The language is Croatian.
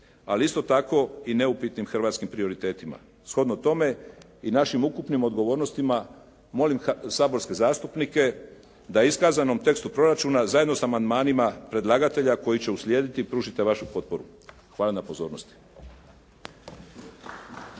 ali isto tako i neupitnim hrvatskim prioritetima. Shodno tome i našim ukupnim odgovornostima molim saborske zastupnike da iskazanom tekstu proračuna zajedno sa amandmanima predlagatelja koji će uslijediti pružite vašu potporu. Hvala na pozornosti.